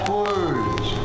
words